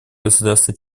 государства